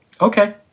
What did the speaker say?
okay